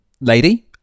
lady